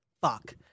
Fuck